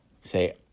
say